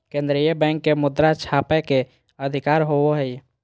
केन्द्रीय बैंक के मुद्रा छापय के अधिकार होवो हइ